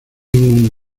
ningún